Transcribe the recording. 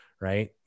right